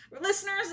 listeners